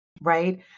right